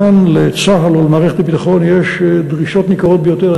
לצה"ל או למערכת הביטחון יש דרישות ניכרות ביותר,